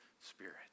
spirit